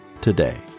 today